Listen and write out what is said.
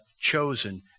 chosen